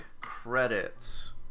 credits